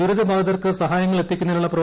ദുരിതബാധിതർക്ക് സഹായങ്ങൾ എത്തിക്കുന്നതിനുള്ള തുടരുകയാണ്